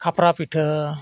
ᱠᱷᱟᱯᱨᱟ ᱯᱤᱴᱷᱟᱹ